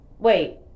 Wait